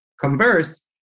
converse